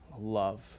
love